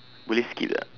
boleh skip tak